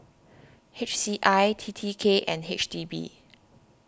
H C I T T K and H D B